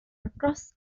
across